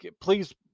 please